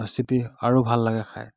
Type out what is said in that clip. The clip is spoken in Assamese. ৰেচিপি আৰু ভাল লাগে খাই